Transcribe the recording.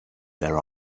their